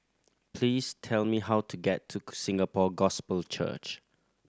please tell me how to get to Singapore Gospel Church